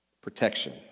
protection